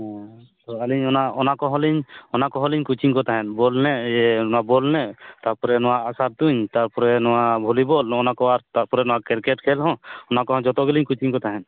ᱛᱚ ᱟᱹᱞᱤᱧ ᱚᱱᱟ ᱠᱚᱦᱚᱸ ᱞᱤᱧ ᱚᱱᱟ ᱠᱚᱦᱚᱸ ᱞᱤᱧ ᱠᱳᱪᱤᱝ ᱠᱚ ᱛᱟᱦᱮᱫ ᱵᱳᱞ ᱮᱱᱮᱡ ᱚᱱᱟ ᱵᱳᱞ ᱮᱱᱮᱡ ᱛᱟᱯᱚᱨᱮ ᱱᱚᱣᱟ ᱟᱜ ᱥᱟᱨ ᱛᱩᱧ ᱛᱟᱯᱚᱨᱮ ᱱᱚᱣᱟ ᱵᱷᱚᱞᱤ ᱵᱚᱞ ᱱᱚᱜᱱᱟ ᱠᱚ ᱛᱟᱯᱚᱨᱮ ᱱᱚᱣᱟ ᱠᱮᱨᱠᱮᱴ ᱠᱷᱮᱞ ᱦᱚᱸ ᱚᱱᱟ ᱠᱚᱦᱚᱸ ᱡᱚᱛᱚ ᱜᱮᱞᱤᱧ ᱠᱳᱪᱤᱝ ᱠᱚ ᱛᱟᱦᱮᱫ